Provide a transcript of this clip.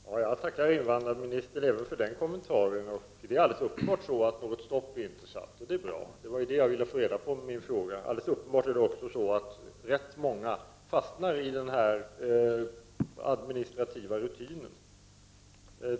Herr talman! Jag tackar invandrarministern även för den kommentaren. Det är helt uppenbart att det inte har satts stopp för dessa besök, och det är bra — det var det jag ville få reda på med min fråga. Det är också uppenbart att rätt många fastnar i den administrativa rutinen.